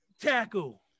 Tackle